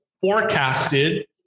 forecasted